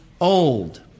old